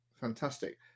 fantastic